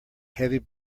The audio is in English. heavy